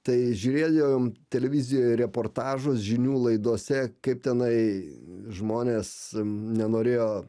tai žiūrėjom televizijoje reportažus žinių laidose kaip tenai žmonės nenorėjo